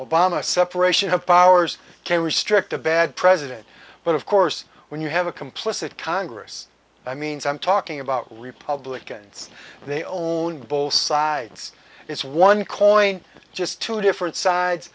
obama separation of powers can restrict a bad president but of course when you have a complicit congress i mean i'm talking about republicans they own both sides it's one coin just two different sides